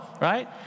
Right